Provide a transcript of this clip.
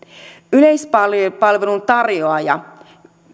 yleispalvelun tarjoaja